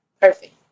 Perfect